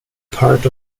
part